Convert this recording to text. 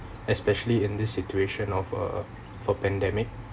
especially in this situation of uh of a pandemic